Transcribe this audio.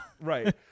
Right